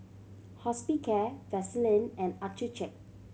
Hospicare Vaselin and Accucheck